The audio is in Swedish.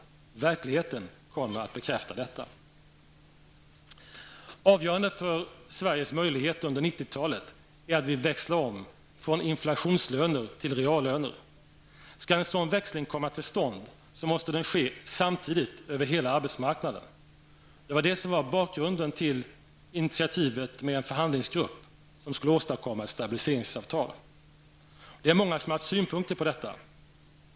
Verkligheten kommer att bekräfta detta. Avgörande för Sveriges möjligheter under 90-talet är att vi växlar om från inflationslöner till reallöner. Skall en sådan växling komma till stånd måste den ske samtidigt över hela arbetsmarknaden. Det var det som var bakgrunden till initiativet med en förhandlingsgrupp som skulle åstadkomma ett stabiliseringsavtal. Det är många som haft synpunkter på detta.